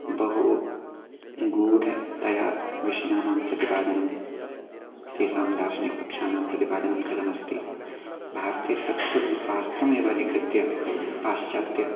बहु गूढतया विषयानां प्रतिपादनं तेषां दार्शनिक पक्षानां प्रतिपादनं कृतमस्ति भारतीय तत्त्वशास्त्रमेव अधिकृत्य पाश्चात्य